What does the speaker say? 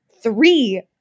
three